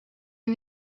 you